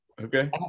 Okay